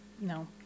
No